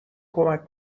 کمک